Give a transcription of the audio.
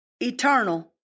Eternal